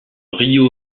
río